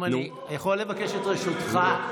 אם אני יכול לבקש את רשותך.